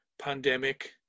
pandemic